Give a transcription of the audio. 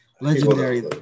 legendary